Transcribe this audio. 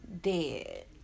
dead